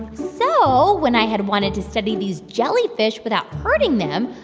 so when i had wanted to study these jellyfish without hurting them,